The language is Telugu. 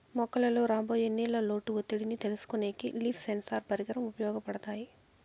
మొక్కలలో రాబోయే నీళ్ళ లోటు ఒత్తిడిని తెలుసుకొనేకి లీఫ్ సెన్సార్ పరికరం ఉపయోగపడుతాది